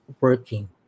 working